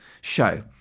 show